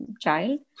child